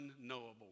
unknowable